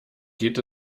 geht